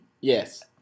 Yes